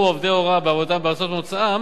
עובדי הוראה בעבודתם בארצות מוצאם,